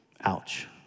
Ouch